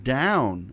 down